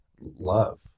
Love